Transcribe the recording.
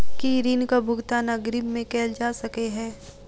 की ऋण कऽ भुगतान अग्रिम मे कैल जा सकै हय?